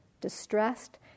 distressed